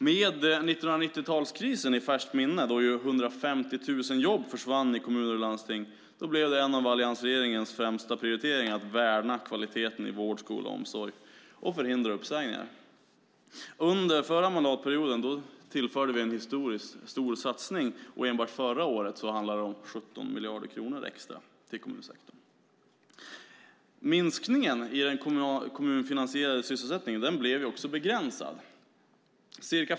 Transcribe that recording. Med 1990-talskrisen i färskt minne, då 150 000 jobb försvann i kommuner och landsting, blev det en av alliansregeringens främsta prioriteringar att värna kvaliteten i vård, skola och omsorg och förhindra uppsägningar. Under den förra mandatperioden tillförde vi en historiskt stor satsning. Enbart förra året handlade om 17 miljarder kronor extra till kommunsektorn. Minskningen i den kommunfinansierade sysselsättningen blev också begränsad.